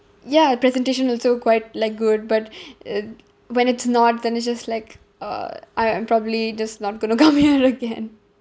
ya presentation also quite like good but it when it's not then it's just like uh I I'm probably just not going to come here again